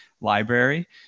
library